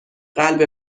قلب